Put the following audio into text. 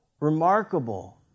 remarkable